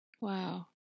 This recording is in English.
Wow